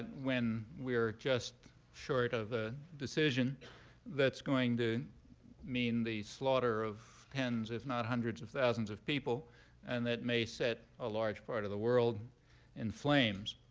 when we're just short of a decision that's going to mean the slaughter of tens if not hundreds of thousands of people and that may set a large part of the world in flames.